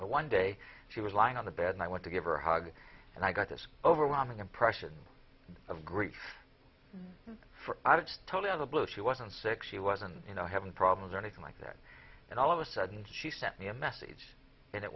but one day she was lying on the bed and i went to give her a hug and i got this overwhelming impression of grief for i was told of the blue she wasn't sick she wasn't you know having problems or anything like that and all of a sudden she sent me a message